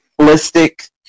holistic